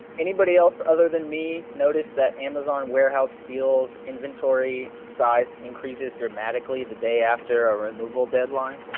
anybody else other than me, notice that amazon warehouse deals inventory size increases dramatically the day after a removal deadline?